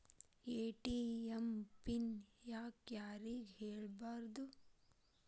ATM PIN ಯಾಕ್ ಯಾರಿಗೂ ಹೇಳಬಾರದು?